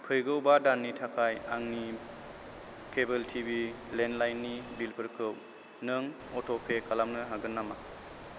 फैगौ बा दाननि थाखाय आंनि केबोल टिभि लेन्डलाइननि बिलफोरखौ नों अट'पे खालामनो हागोन नामा